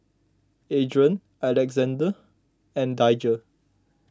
Adron Alexande and Daijah